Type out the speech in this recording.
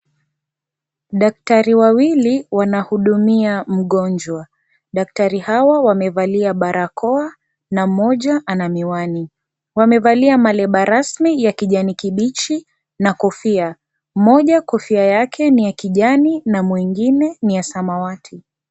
Daktari wawili wanahudumia mgonjwa, daktari hawa wamevalia barakoa na mmoja ana miwani, wamevalia maleba rasmi ya kijani kibichi na kofia, mmoja kofia yake ni ya kijani na mwingine ni ya samawati.